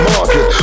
Market